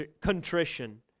contrition